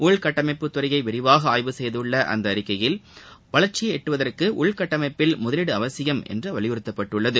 உள்கட்டமைப்புத் துறையை விரிவாக ஆய்வு செய்துள்ள அந்த அறிக்கையில் வளர்ச்சியை எட்டுவதற்கு உள்கட்டமைப்பில் முதலீடு அவசியம் என்று வலியுறுத்தப்பட்டுள்ளது